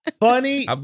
Funny